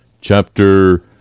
chapter